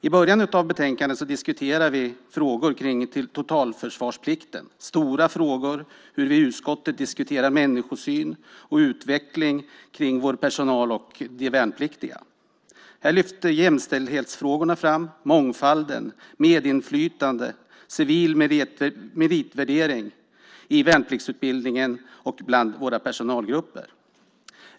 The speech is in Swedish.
I början av betänkandet diskuterar vi frågor kring totalförsvarsplikten, stora frågor om hur vi i utskottet diskuterar människosyn och utveckling gällande vår personal och de värnpliktiga. Här lyfts jämställdhetsfrågorna fram samt mångfalden, medinflytande och civil meritvärdering i värnpliktsutbildningen och bland våra personalgrupper.